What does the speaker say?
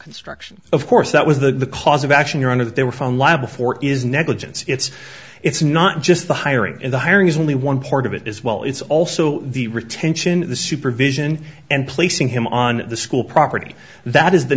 construction of course that was the cause of action your honor that they were phone liable for is negligence it's it's not just the hiring in the hiring is only one part of it as well it's also the retention of the supervision and placing him on the school property that is the